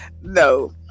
No